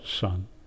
son